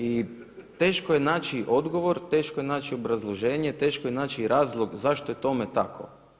I teško je naći odgovor, teško je naći obrazloženje, teško je naći i razlog zašto je tome tako.